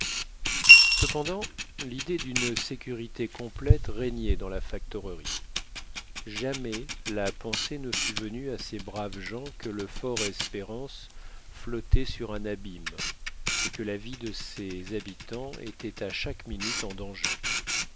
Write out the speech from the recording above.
cependant l'idée d'une sécurité complète régnait dans la factorerie jamais la pensée ne fût venue à ces braves gens que le fort espérance flottait sur un abîme et que la vie de ses habitants était à chaque minute en danger